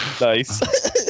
Nice